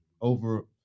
over